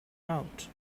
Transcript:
out